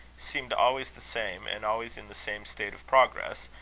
seemed always the same, and always in the same state of progress,